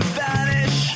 vanish